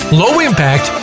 low-impact